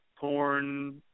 porn